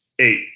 Eight